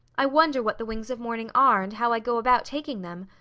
i wonder what the wings of morning are, and how i go about taking them.